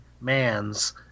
Man's